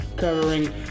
covering